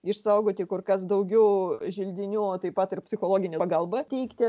išsaugoti kur kas daugiau želdinių o taip pat ir psichologinę pagalbą teikti